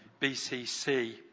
BCC